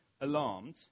alarmed